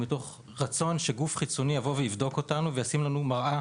מתוך רצון שגוף חיצוני יבוא ויבדוק אותנו וישים לנו מראה